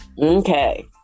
Okay